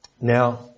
Now